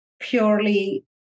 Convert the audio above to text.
purely